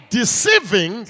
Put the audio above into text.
deceiving